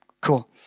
cool